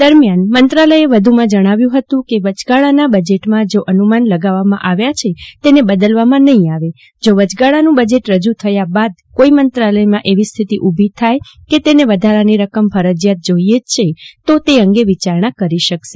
દરમ્યાન મંત્રાલય વધુમાં જણાવ્યુ હતું કે વચગાળાના બજેટમાં જે અનુમાન લગાવવામાં આવ્યા છે તેને બદલવામાં નફિ આવે જો વચ્યગાળાનું બજેટ રજુ થયા બાદ કોઈ મંત્રાલયમાં એવી સ્થિતિ ઉભી થાય કે તેને વધારાની રકમ ફરજીયાત જોઈએ જે છે તો તે અંગે વિચારણા કરી શકશે